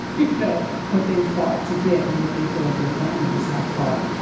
you know, what they fought to get and what they feel like their families have fought,